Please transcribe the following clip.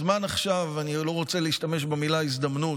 הזמן עכשיו, אני לא רוצה להשתמש במילה "הזדמנות".